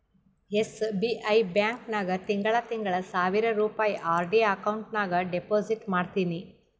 SBI bank ನಾಗ್ ತಿಂಗಳಾ ತಿಂಗಳಾ ಸಾವಿರ್ ರುಪಾಯಿ ಆರ್.ಡಿ ಅಕೌಂಟ್ ನಾಗ್ ಡೆಪೋಸಿಟ್ ಮಾಡ್ತೀನಿ